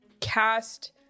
cast